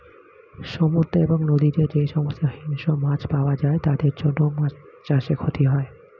সমুদ্র এবং নদীতে যে সমস্ত হিংস্র মাছ পাওয়া যায় তাদের জন্য মাছ চাষে ক্ষতি হয়